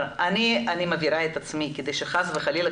אני מבהירה את עצמי כדי שחס וחלילה,